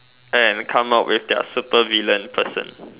and come up with their super villain person